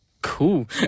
Cool